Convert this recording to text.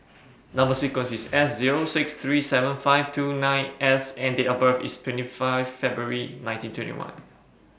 Number sequence IS S Zero six three seven five two nine S and Date of birth IS twenty five February nineteen twenty one